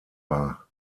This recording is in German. war